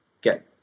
get